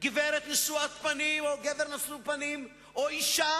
גברת נשואת פנים או גבר נשוא פנים, או אשה